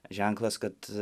ženklas kad